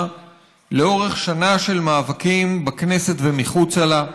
לאורך שנה של מאבקים בכנסת ומחוצה לה: